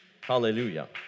Hallelujah